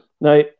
Now